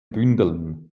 bündeln